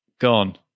gone